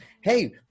Hey